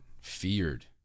Feared